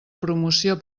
promoció